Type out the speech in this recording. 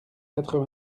quatre